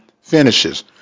finishes